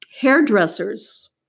hairdressers